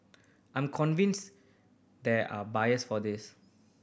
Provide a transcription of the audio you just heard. I'm convinced there are buyers for this